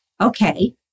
Okay